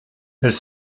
elles